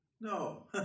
No